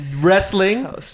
Wrestling